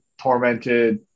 tormented